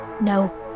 No